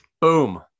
Boom